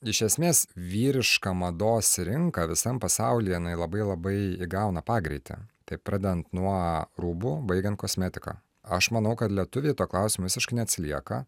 iš esmės vyriška mados rinka visam pasaulyje jinai labai labai įgauna pagreitį tai pradedant nuo rūbų baigiant kosmetika aš manau kad lietuviai tuo klausimu visiškai neatsilieka